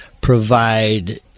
provide